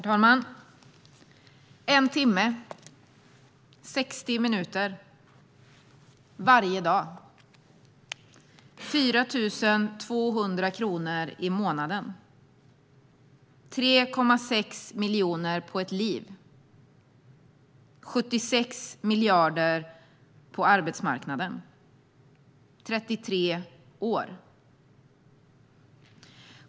Herr talman! En timme. 60 minuter. Varje dag. 4 200 kronor i månaden. 3,6 miljoner på ett liv. 76 miljarder på arbetsmarknaden. 33 år.